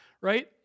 right